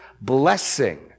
blessing